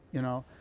you know,